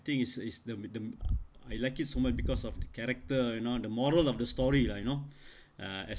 think is is the the I like it so much because of the character you know the moral of the story lah you know uh